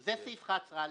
זה סעיף 11א(1),